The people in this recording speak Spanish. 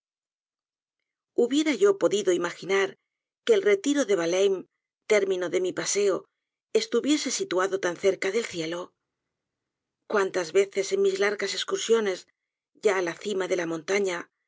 hubiera yo podido imaginar que el retiro de valjieim término de mi paseo estuviese situado tan cerca del cielo cuántas veces en mis largas escursiones ya á la cima de la montaña